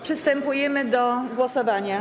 Przystępujemy do głosowania.